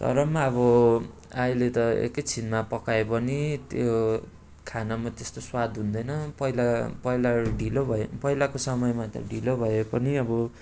तर पनि अब अहिले त एकैछिनमा पकाए पनि त्यो खानामा त्यस्तो स्वाद हुँदैन पहिला पहिला ढिलो भयो पहिलाको समयमा त ढिलो भए पनि अब